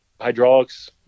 hydraulics